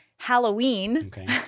Halloween